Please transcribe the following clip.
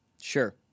Sure